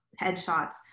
headshots